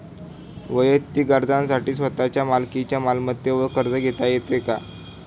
वैयक्तिक गरजांसाठी स्वतःच्या मालकीच्या मालमत्तेवर कर्ज घेता येतो का?